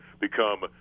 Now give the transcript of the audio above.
become